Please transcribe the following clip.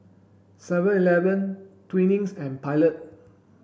seven eleven Twinings and Pilot